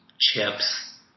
chips